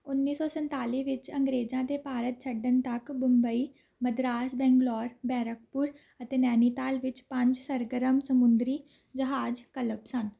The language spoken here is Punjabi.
ਉੱਨੀ ਸੌ ਸੰਤਾਲੀ ਵਿੱਚ ਅੰਗਰੇਜ਼ਾਂ ਦੇ ਭਾਰਤ ਛੱਡਣ ਤੱਕ ਬੰਬਈ ਮਦਰਾਸ ਬੰਗਲੌਰ ਬੈਰਕਪੁਰ ਅਤੇ ਨੈਨੀਤਾਲ ਵਿੱਚ ਪੰਜ ਸਰਗਰਮ ਸਮੁੰਦਰੀ ਜਹਾਜ਼ ਕਲੱਬ ਸਨ